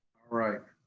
right.